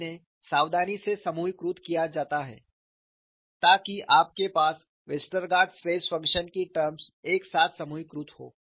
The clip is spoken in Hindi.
तो इन्हें सावधानी से समूहीकृत किया जाता है ताकि आपके पास वेस्टरगार्ड स्ट्रेस फंक्शन की टर्म्स एक साथ समूहीकृत हों